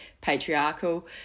patriarchal